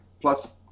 plus